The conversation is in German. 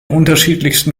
unterschiedlichsten